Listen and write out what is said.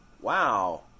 wow